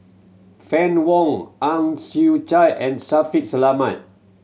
Fann Wong Ang Chwee Chai and Shaffiq Selamat